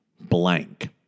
blank